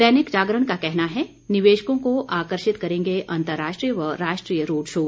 दैनिक जागरण का कहना है निवेशकों को आकर्षित करेंगे अंतर्राष्ट्रीय व राष्ट्रीय रोड शो